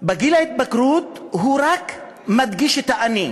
בגיל ההתבגרות, הוא רק מדגיש את ה"אני",